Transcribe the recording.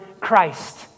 Christ